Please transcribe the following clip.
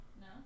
No